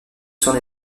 son